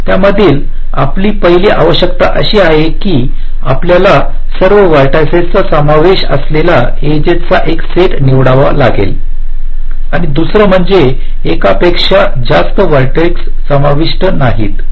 त्यामधील आपली पहिली आवश्यकता अशी आहे की आपल्याला सर्व व्हर्टिसिसचा समावेश असलेल्या एजेसचा एक सेट निवडावा लागेल आणि दुसरे म्हणजे एकापेक्षा जास्त व्हर्टेक्स समाविष्ट नाहीत